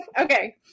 Okay